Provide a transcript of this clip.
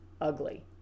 ugly